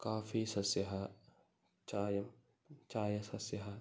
coffee सस्यः चायं चायसस्यः